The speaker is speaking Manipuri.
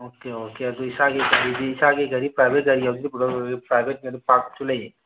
ꯑꯣꯀꯦ ꯑꯣꯀꯦ ꯑꯗꯣ ꯏꯁꯥꯒꯤ ꯒꯥꯔꯤꯗꯤ ꯏꯁꯥꯒꯤ ꯒꯥꯔꯤ ꯄ꯭ꯔꯥꯏꯕꯦꯠ ꯒꯥꯔꯤ ꯌꯥꯎꯖꯕ꯭ꯔꯣ ꯄ꯭ꯔꯥꯏꯕꯦꯠ ꯒꯥꯔꯤ ꯄꯥꯛꯁꯨ ꯂꯩꯌꯦ